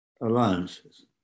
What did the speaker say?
alliances